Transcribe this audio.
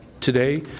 today